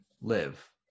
live